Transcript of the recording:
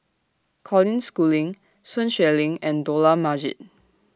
Colin Schooling Sun Xueling and Dollah Majid